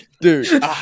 Dude